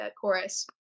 chorus